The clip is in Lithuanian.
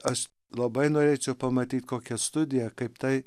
aš labai norėčiau pamatyt kokią studiją kaip tai